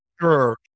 Sure